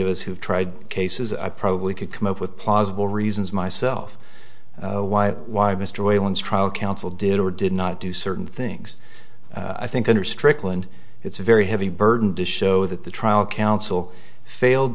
of us who've tried cases i probably could come up with plausible reasons myself why why mr whalen straub counsel did or did not do certain things i think under strickland it's a very heavy burden to show that the trial counsel failed